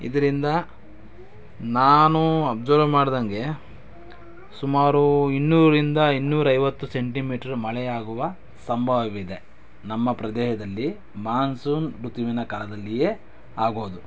ಇದರಿಂದ ನಾನು ಅಬ್ಸರ್ವ್ ಮಾಡಿದಂಗೆ ಸುಮಾರು ಇನ್ನೂರರಿಂದ ಇನ್ನೂರೈವತ್ತು ಸೆಂಟಿಮೀಟ್ರ್ ಮಳೆಯಾಗುವ ಸಂಭವವಿದೆ ನಮ್ಮ ಪ್ರದೇಶದಲ್ಲಿ ಮಾನ್ಸೂನ್ ಋತುವಿನ ಕಾಲದಲ್ಲಿಯೇ ಆಗೋದು